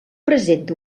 presenta